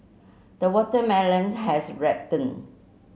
the watermelons has ripened